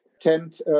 tent